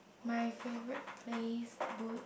my favourite place would